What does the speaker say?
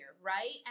right